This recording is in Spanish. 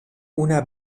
una